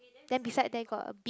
then beside there got a beam